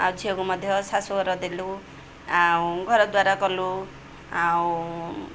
ଆଉ ଝିଅକୁ ମଧ୍ୟ ଶାଶୁଘର ଦେଲୁ ଆଉ ଘର ଦ୍ୱାରା କଲୁ ଆଉ